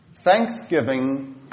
Thanksgiving